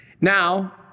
Now